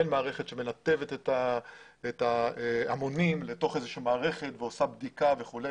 אין מערכת שמנתבת את ההמונים לתוך איזושהי מערכת ועושה בדיקה וכולי.